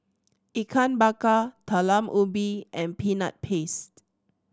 Ikan Bakar Talam Ubi and Peanut Paste